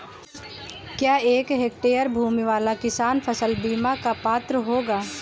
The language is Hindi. क्या एक हेक्टेयर भूमि वाला किसान फसल बीमा का पात्र होगा?